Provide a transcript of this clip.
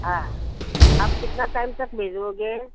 हाँ आप कितने टाइम तक भेजोगे